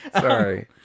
sorry